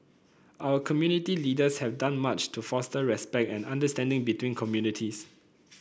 our community leaders have done much to foster respect and understanding between communities